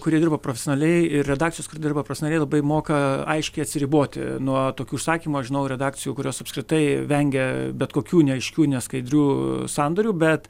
kurie dirba profesionaliai ir redakcijos kur dirba profesionaliai labai moka aiškiai atsiriboti nuo tokių užsakymų aš žinau redakcijų kurios apskritai vengia bet kokių neaiškių neskaidrių sandorių bet